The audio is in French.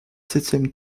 septième